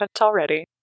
already